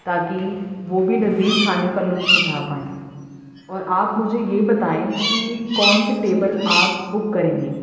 تاکہ وہ بھی لذیذ کھانے کا لطف اٹھا پائیں اور آپ مجھے یہ بتائیں کہ کون سے ٹیبل آپ بک کریں گے